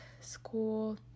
school